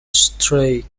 stray